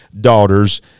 daughters